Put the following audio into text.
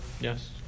Yes